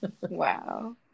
Wow